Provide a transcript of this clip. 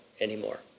anymore